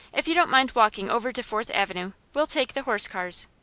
if you don't mind walking over to fourth avenue, we'll take the horse cars.